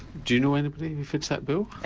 do you know anybody who fits that bill?